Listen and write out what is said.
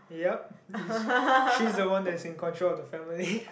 yup is she's the one that's in control of the family